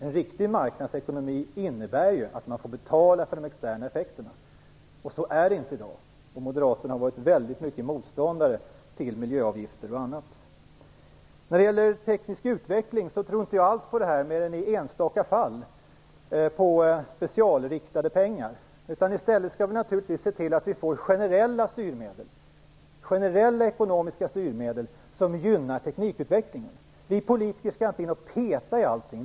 En riktig marknadsekonomi innebär ju att man får betala för de externa effekterna. Så är det inte i dag. Moderaterna har varit motståndare till miljöavgifter och annat. När det gäller teknisk utveckling tror jag inte alls på specialriktade pengar mer än i enstaka fall. I stället skall vi naturligtvis se till att vi får generella ekonomiska styrmedel som gynnar teknikutvecklingen. Vi politiker skall inte peta i allting.